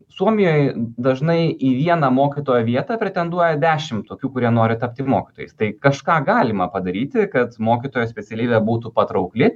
suomijoj dažnai į vieną mokytojo vietą pretenduoja dešimt tokių kurie nori tapti mokytojais tai kažką galima padaryti kad mokytojo specialybė būtų patraukli